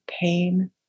pain